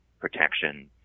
protection